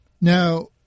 Now